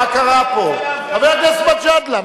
אני הייתי רוצה לראות את, חבר הכנסת מג'אדלה,